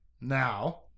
Now